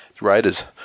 Raiders